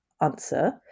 answer